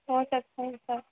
हो सकता है सर